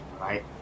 right